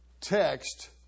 text